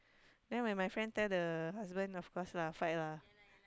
then when my friend tell the husband of course lah fight lah